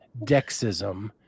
Dexism